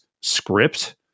script